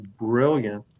brilliant